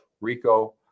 rico